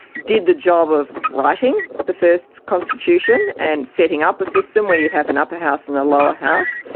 did the job of writing the first constitution and setting up a system where you'd have an upper house and a lower house,